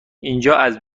اینجااز